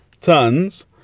tons